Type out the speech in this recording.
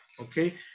Okay